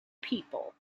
people